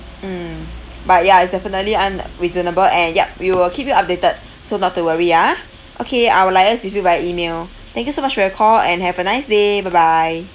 mm but ya it's definitely unreasonable and yup we will keep you updated so not to worry ah okay I will liase with you via email thank you so much for your call and have a nice day bye bye